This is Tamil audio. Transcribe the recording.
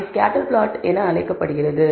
அவை ஸ்கேட்டர் பிளாட் என அழைக்கப்படுகிறது